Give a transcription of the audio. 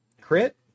Crit